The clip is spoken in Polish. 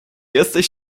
jesteś